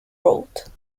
road